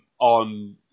on